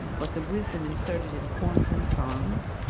but the wisdom inserted in poems and songs,